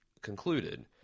concluded